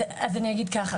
אז אני אגיד ככה,